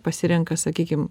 pasirenka sakykim